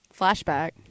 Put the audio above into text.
Flashback